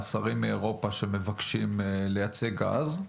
שרים מאירופה שמבקשים לייצא גז,